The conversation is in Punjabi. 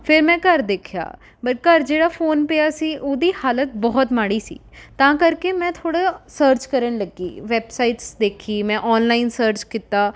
ਫ਼ਿਰ ਮੈਂ ਘਰ ਦੇਖਿਆ ਬਟ ਘਰ ਜਿਹੜਾ ਫ਼ੋਨ ਪਿਆ ਸੀ ਉਹਦੀ ਹਾਲਤ ਬਹੁਤ ਮਾੜੀ ਸੀ ਤਾਂ ਕਰਕੇ ਮੈਂ ਥੋੜ੍ਹਾ ਜਿਹਾ ਸਰਚ ਕਰਨ ਲੱਗੀ ਵੈੱਬਸਾਈਟਸ ਦੇਖੀ ਮੈਂ ਔਨਲਾਈਨ ਸਰਚ ਕੀਤਾ